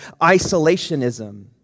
isolationism